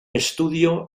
estudio